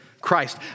Christ